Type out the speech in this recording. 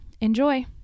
Enjoy